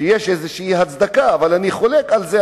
שיש איזו הצדקה, אבל אני חולק על זה.